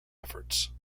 efforts